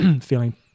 feeling